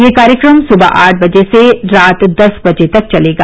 यह कार्यक्रम सुबह आठ बजे से रात दस बजे तक चलेगा